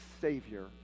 Savior